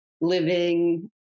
living